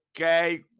Okay